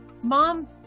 Mom